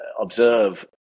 observe